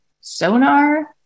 sonar